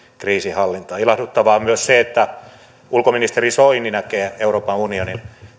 kriisinhallintaan ilahduttavaa on myös se että ulkoministeri soini näkee euroopan unionin